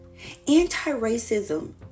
Anti-racism